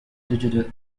digital